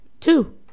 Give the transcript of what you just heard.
Two